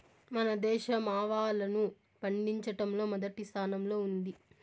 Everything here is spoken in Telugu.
మన దేశం ఆవాలను పండిచటంలో మొదటి స్థానం లో ఉంది